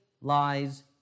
lies